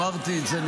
אמרתי את זה,